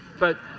but